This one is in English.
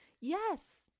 Yes